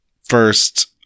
first